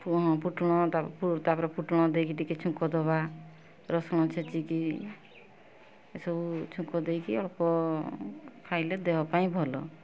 ଫୁ ଫୁଟଣ ତାପରେ ଫୁଟଣ ଦେଇକି ଟିକେ ଛୁଙ୍କ ଦବା ରସୁଣ ଛେଚିକି ଏସବୁ ଛୁଙ୍କ ଦେଇକି ଅଳ୍ପ ଖାଇଲେ ଦେହ ପାଇଁ ଭଲ